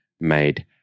made